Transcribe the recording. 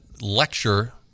lecture